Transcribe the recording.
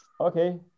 Okay